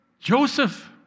Joseph